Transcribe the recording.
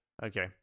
Okay